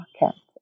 market